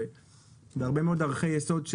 בהרבה מאוד ערכי יסוד.